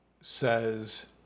says